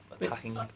attacking